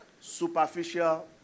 Superficial